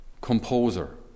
composer